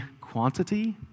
quantity